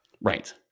Right